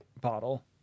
bottle